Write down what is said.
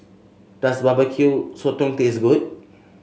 does Barbecue Sotong taste good